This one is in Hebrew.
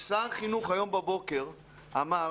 שר החינוך היום בבוקר אמר